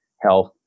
health